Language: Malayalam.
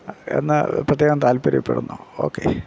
എന്ന് പ്രത്യേകം താല്പ്പര്യപ്പെടുന്നു ഓക്കെ